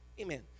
Amen